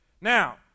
Now